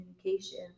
communication